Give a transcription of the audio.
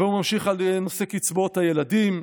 והוא ממשיך לנושא קצבאות הילדים: